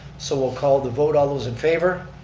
so we'll call the vote, all those in favor?